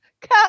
cut